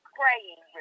praying